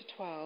12